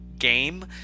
game